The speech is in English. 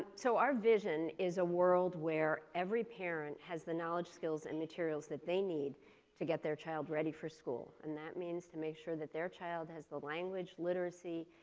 so, our vision is a world where every parent has the knowledge skills and materials that they need to get their child ready for school. and that means to make sure that their child has the language literacy,